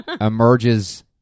Emerges